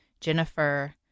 Jennifer